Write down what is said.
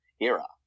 era